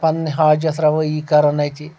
پنٕنۍ حاجت روٲیی کران اتہِ